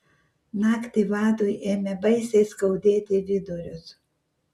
naktį vadui ėmė baisiai skaudėti vidurius